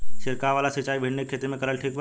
छीरकाव वाला सिचाई भिंडी के खेती मे करल ठीक बा?